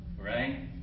Right